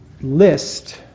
list